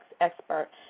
expert